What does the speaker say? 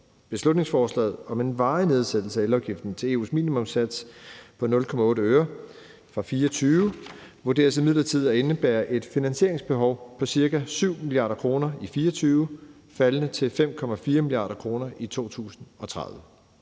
Beslutningsforslaget om en varig nedsættelse af elafgiften til EU's minimumssats på 0,8 øre pr. kWh fra 2024 vurderes imidlertid at indebære et finansieringsbehov på ca. 7 mia. kr. i 2024 faldende til 5,4 mia. kr. i 2030.